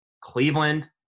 Cleveland